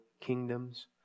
kingdoms